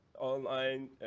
online